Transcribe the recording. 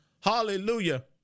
Hallelujah